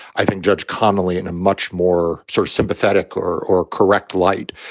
i think, judge connally in a much more sort of sympathetic or or correct light.